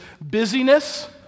busyness